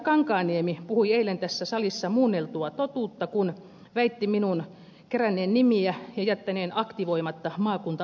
kankaanniemi puhui eilen tässä salissa muunneltua totuutta kun väitti minun keränneen nimiä ja jättäneen aktivoimatta maakunta aloitteen